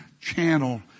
channel